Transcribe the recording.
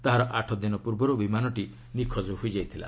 ତାହାର ଆଠଦିନ ପୂର୍ବରୁ ବିମାନ ନିଖୋଜ ହୋଇଯାଇଥିଲା